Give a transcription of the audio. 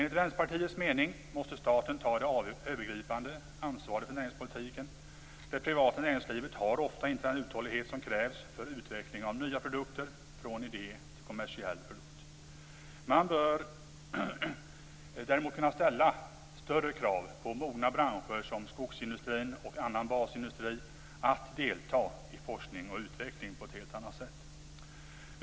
Enligt Vänsterpartiets mening måste staten ta det övergripande ansvaret för näringspolitiken. Det privata näringslivet har ofta inte den uthållighet som krävs för utveckling av nya produkter - från idé till kommersiell produkt. Man bör däremot kunna ställa större krav på mogna branscher som skogsindustrin och annan basindustri att delta i forskning och utveckling på ett helt annat sätt.